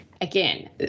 again